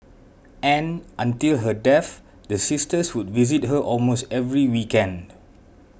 and until her death the sisters would visit her almost every weekend